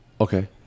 Okay